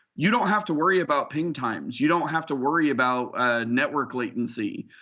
you don't have to worry about ping times. you don't have to worry about network latency.